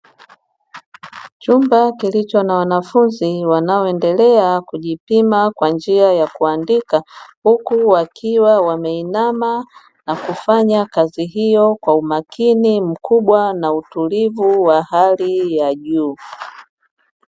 Chumba kilicho na wanafunzi, wanaoendelea kujipima kwa njia ya kuandika, huku wakiwa wameinama na kufanya kazi hiyo kwa umakini mkubwa, na utulivu wa hali ya juu.